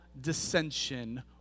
dissension